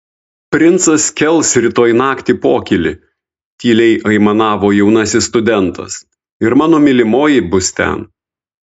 princas kels rytoj naktį pokylį tyliai aimanavo jaunasis studentas ir mano mylimoji bus ten